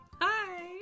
hi